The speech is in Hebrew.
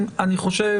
אני רוצה להדגיש,